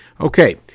Okay